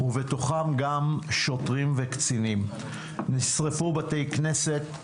ובתוכם גם שוטרים וקצינים; נשרפו בתי כנסת,